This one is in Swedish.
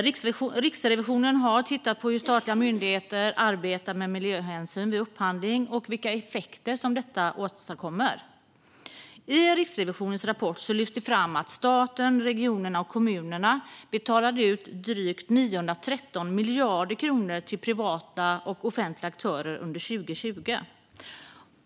Riksrevisionen har tittat på hur statliga myndigheter arbetar med miljöhänsyn vid upphandling och vilka effekter som detta åstadkommer. I Riksrevisionens rapport lyfts det fram att staten, regionerna och kommunerna betalade drygt 913 miljarder kronor till privata och offentliga aktörer under 2020.